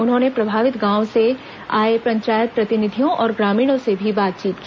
उन्होंने प्रभावित गांवों से आए पंचायत प्रतिनिधियों और ग्रामीणों से भी बातचीत की